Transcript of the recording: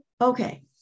Okay